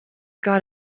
got